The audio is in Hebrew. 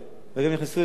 והדברים נכנסו אל הלב.